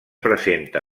presenta